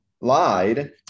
lied